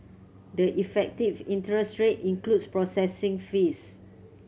the effective interest rate includes processing fees